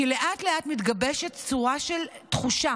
כי לאט-לאט מתגבשת צורה של תחושה